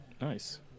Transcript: Nice